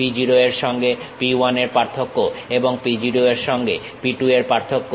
P 0 এর সঙ্গে P 1 এর পার্থক্য এবং P 0 এর সঙ্গে P 2 এর পার্থক্য